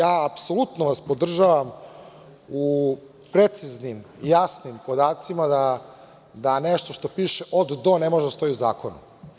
Apsolutno vas podržavam u preciznim, jasnim podacima da nešto što piše od - do ne može da stoji u zakonu.